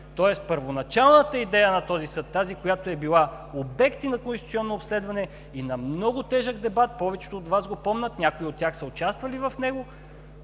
Тоест първоначалната идея на този съд, тази, която е била обект и на конституционно обследване, и на много тежък дебат, повечето от Вас го помнят, някои от тях са участвали в него,